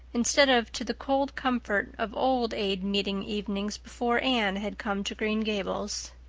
instead of to the cold comfort of old aid meeting evenings before anne had come to green gables.